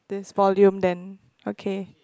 this volume then okay